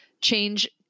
change